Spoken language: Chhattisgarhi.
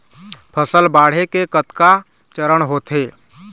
फसल बाढ़े के कतका चरण होथे?